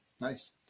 Nice